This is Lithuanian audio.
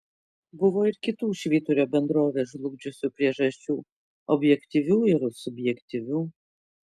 buvo ir kitų švyturio bendrovę žlugdžiusių priežasčių objektyvių ir subjektyvių